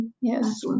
Yes